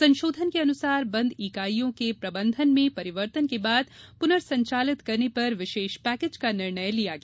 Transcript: संशोधन अनुसार बंद ईकाईयों के प्रबंधन में परिवर्तन के बाद पुनर्संचालित करने पर विशेष पैकेज का निर्णय लिया गया